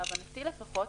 להבנתי לפחות,